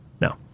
No